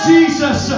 Jesus